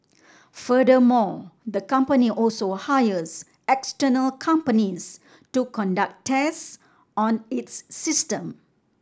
furthermore the company also hires external companies to conduct tests on its system